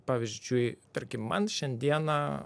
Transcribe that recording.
pavyzdžiui tarkim man šiandieną